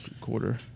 quarter